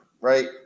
right